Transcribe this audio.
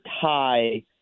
tie